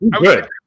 good